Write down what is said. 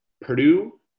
Purdue